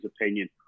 opinion